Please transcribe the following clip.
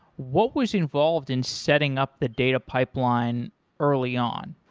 what was involved in setting up the data pipeline early on?